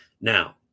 Now